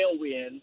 tailwind